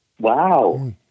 Wow